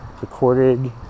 recorded